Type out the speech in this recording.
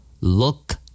look